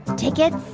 tickets?